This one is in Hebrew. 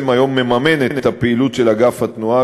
היום מממן את הפעילות של אגף התנועה.